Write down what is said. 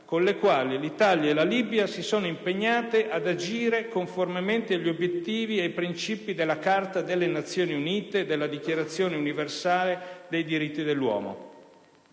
con le quali l'Italia e la Libia si sono impegnate ad agire conformemente agli obiettivi e ai principi della Carta delle Nazioni Unite e della Dichiarazione universale dei diritti dell'uomo.